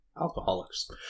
alcoholics